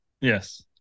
Yes